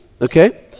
Okay